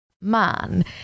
man